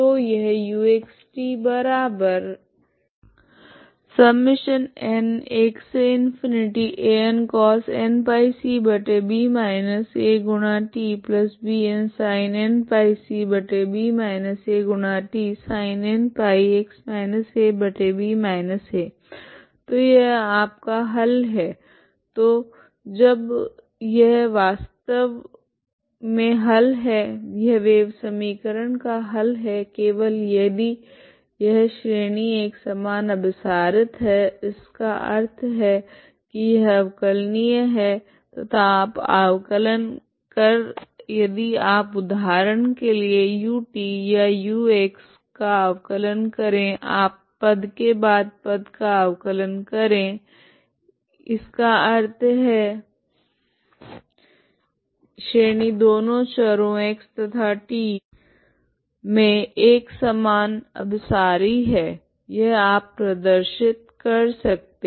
तो यह तो यह आपका हल है तो जब यह वास्तव मे हल है यह वेव समीकरण का हल है केवल यदि यह श्रेणी एक समान अभिसारित है इसका अर्थ है की यह अवकलनीय है तथा आप अवकलन करे यदि आप उदाहरण के लिए ut या ux का अवकलन करे आप पद के बाद पद का अवकलन करे इसका अर्थ है श्रेणी दोनों चरो x तथा t मे एक समान अभिसारी है यह आप प्रदर्शित कर सकते है